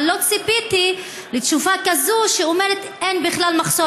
אבל לא ציפיתי לתשובה שאומרת: אין בכלל מחסור.